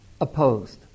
opposed